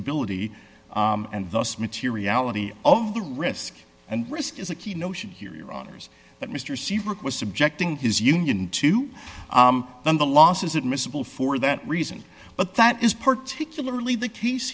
ability and thus materiality of the risk and risk is a key notion here your honour's that mr seabrook was subjecting his union to the losses admissible for that reason but that is particularly the case